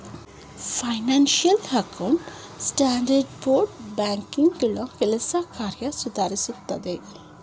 financial account standard board ಬ್ಯಾಂಕ್ಗಳ ಕೆಲಸ ಕಾರ್ಯ ಸುಧಾರಿಸುತ್ತದೆ